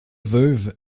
veuve